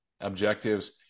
objectives